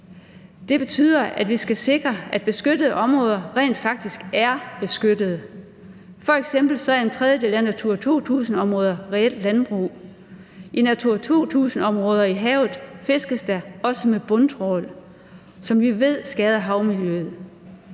Det betyder, at vi skal sikre, at beskyttede områder rent faktisk er beskyttede. F.eks. er en tredjedel af Natura 2000-områderne reelt landbrug. I Natura 2000-områder i havet fiskes der også med bundtrawl, som vi ved skader havmiljøet.